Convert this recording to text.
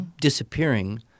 disappearing